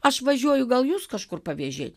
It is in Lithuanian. aš važiuoju gal jus kažkur pavėžėti